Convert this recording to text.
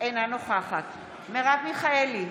אינה נוכחת מרב מיכאלי,